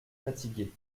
fatigué